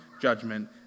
judgment